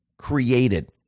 created